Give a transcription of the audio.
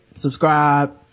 subscribe